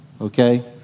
okay